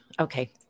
Okay